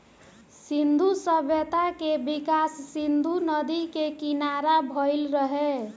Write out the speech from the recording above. सिंधु सभ्यता के विकास सिंधु नदी के किनारा भईल रहे